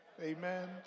Amen